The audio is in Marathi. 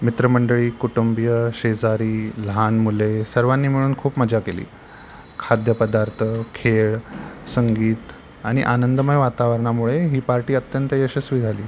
मित्रमंडळी कुटुंबीय शेजारी लहान मुले सर्वांनी मिळून खूप मजा केली खाद्यपदार्थ खेळ संगीत आणि आनंदमय वातावरणामुळे ही पार्टी अत्यंत यशस्वी झाली